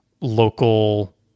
local